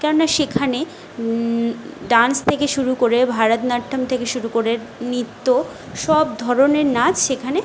কেননা সেখানে ডান্স থেকে শুরু করে ভারতনাট্যম থেকে শুরু করে নৃত্য সব ধরনের নাচ সেখানে